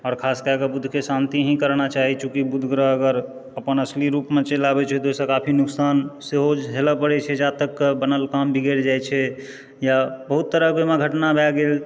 आओर खास कए कऽ बुधके शान्ति ही कराना चाही चूँकि बुध ग्रह अगर अपन असली रूपमे चलि आबै छै तऽ ओहिसँ काफी नुकसान सेहो झेलय पड़ै छै जातकके बनल काम बिगड़ि जाइ छै या बहुत तरहके ओहिमे घटना भए गेल